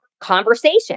conversation